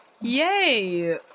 Yay